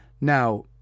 Now